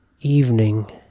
evening